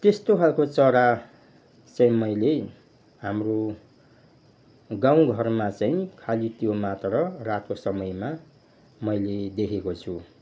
त्यस्तो खालको चरा चाहिँ मैले हाम्रो गाउँ घरमा चाहिँ खालि त्यो मात्र रातको समयमा मैले देखेको छु